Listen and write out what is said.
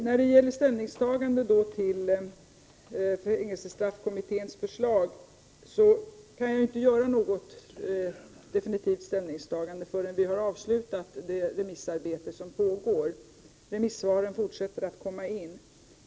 När det gäller fängelsestraffkommitténs förslag kan jag inte göra något definitivt ställningstagande förrän vi avslutat det remissarbete som pågår. Remissvaren fortsätter att komma in.